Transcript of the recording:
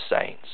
saints